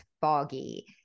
foggy